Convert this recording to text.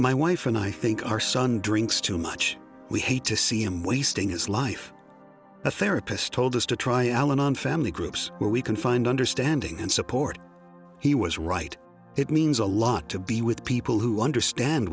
my wife and i think our son drinks too much we hate to see him wasting his life the therapist told us to try al anon family groups where we can find understanding and support he was right it means a lot to be with people who understand